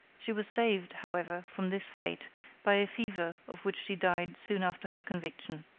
she was saved, however, from this fate by a fever of which she died soon after her conviction.